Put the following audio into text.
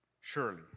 surely